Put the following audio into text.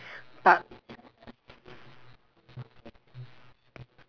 but